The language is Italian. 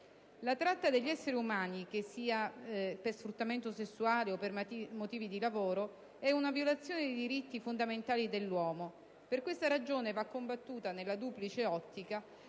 La tratta degli esseri umani, che sia per sfruttamento sessuale o per motivi di lavoro, è una violazione dei diritti fondamentali dell'uomo. Per questa ragione va combattuta nella duplice ottica